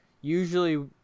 Usually